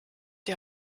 die